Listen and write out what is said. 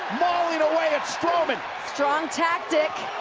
mauling away at strowman. strong tactic.